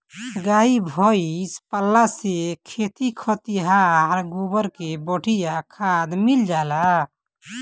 गाई भइस पलला से खेती खातिर गोबर के बढ़िया खाद मिल जाला